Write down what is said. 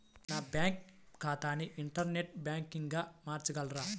నా బ్యాంక్ ఖాతాని ఇంటర్నెట్ బ్యాంకింగ్గా మార్చగలరా?